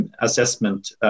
assessment